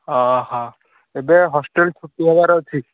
ଅ ହ ଏବେ ହଷ୍ଟେଲ୍ ଛୁଟି ହେବାର ଅଛି